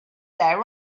there